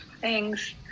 Thanks